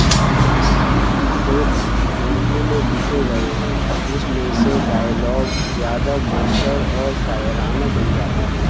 script Urdu میں لکھے گئے ہیں جس میں سے ڈائلاگ زیادہ مؤثر اور شاعرانہ بن جاتے ہیں